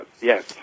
Yes